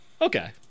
okay